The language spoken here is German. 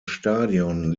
stadion